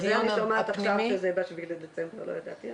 הדיון הבא עכשיו שמעתי בשביעי לדצמבר, לא ידעתי.